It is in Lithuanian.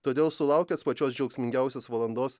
todėl sulaukęs pačios džiaugsmingiausios valandos